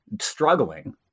struggling